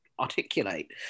articulate